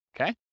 okay